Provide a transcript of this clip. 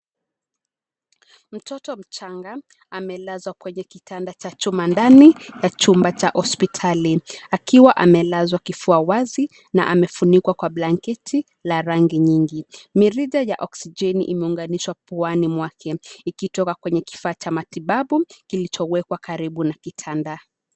Mtoto mchanga amelazwa kwenye kitanda cha chuma ndani ya chumba cha hospitali, akiwa amelazwa kifua wazi na amefunikwa kwa blanketi ya rangi nyingi. Mirija ya oksijeni imeunganishwa puani mwake ikitoka kwenye kifaa cha matibabu kilichowekwa karibu na kitanda.